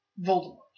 Voldemort